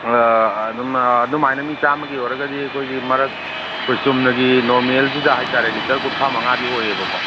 ꯑꯗꯨꯃꯥꯏꯅ ꯃꯤ ꯆꯥꯝꯃꯒꯤ ꯑꯣꯏꯔꯒꯗꯤ ꯑꯩꯈꯣꯏꯒꯤ ꯃꯔꯛ ꯑꯩꯈꯣꯏ ꯆꯨꯝꯅꯒꯤ ꯅꯣꯔꯃꯦꯜꯁꯤꯗ ꯍꯥꯏꯇꯥꯔꯦ ꯂꯤꯇꯔ ꯀꯨꯟꯊ꯭ꯔꯥ ꯃꯉꯥꯗꯤ ꯑꯣꯏꯌꯦꯕꯀꯣ